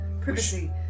privacy